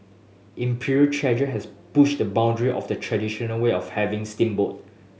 Imperial Treasure has pushed the boundary of the traditional way of having steamboat